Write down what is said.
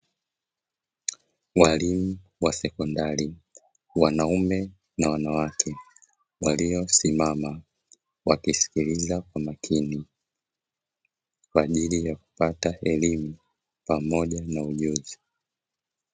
Walimu wa sekondari wanaume na wanawake, waliosimama wakisikiliza kwa umakini, kwa ajili ya kupata elimu pamoja na ujuzi.